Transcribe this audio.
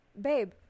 babe